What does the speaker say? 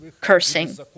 cursing